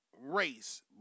race